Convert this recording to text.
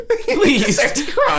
Please